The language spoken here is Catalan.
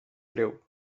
greu